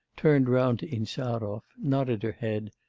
turned round to insarov, nodded her head,